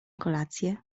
kolację